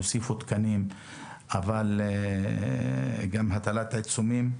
הוסיפו תקנים וגם הוטלו עיצומים,